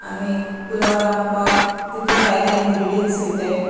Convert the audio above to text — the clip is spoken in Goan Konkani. आनी पुलाव रांदपाक तितूंत जायते इनग्रिडियंट्स वयताय